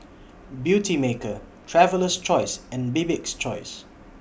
Beautymaker Traveler's Choice and Bibik's Choice